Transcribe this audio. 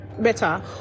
better